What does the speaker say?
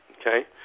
Okay